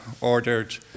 ordered